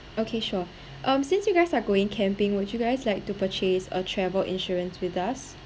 okay sure um since you guys are going camping would you guys like to purchase a travel insurance with us